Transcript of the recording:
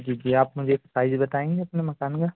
जी जी आप मुझे साइज बताएंगे अपने मकान का